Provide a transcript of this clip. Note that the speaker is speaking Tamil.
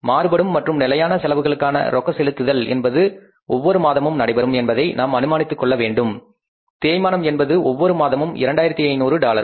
மாறுபடும் மற்றும் நிலையான செலவுகளுக்கான ரொக்க செலுத்துதல் என்பது ஒவ்வொரு மாதமும் நடைபெறும் என்பதை நாம் அனுமானித்துக் கொள்ள வேண்டும் தேய்மானம் என்பது ஒவ்வொரு மாதமும் 2500 டாலர்கள்